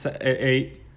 eight